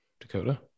Dakota